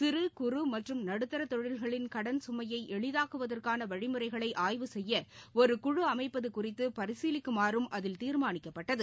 சிறு குறு மற்றும் நடுத்தரதொழில்களின் கடன் குமையைஎளிதாக்குவதற்கானவழிமுறைகளைஆய்வு செய்யஒரு குழு அமைப்பதுகுறித்துபரிசீலிக்குமாறும் அதில் தீர்மானிக்கப்பட்டது